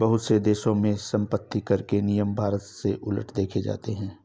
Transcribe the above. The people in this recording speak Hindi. बहुत से देशों में सम्पत्तिकर के नियम भारत से उलट देखे जाते हैं